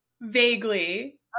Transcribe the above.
vaguely